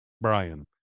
Brian